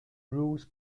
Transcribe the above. rules